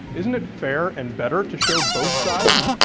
isn't it fair and better to show both sides?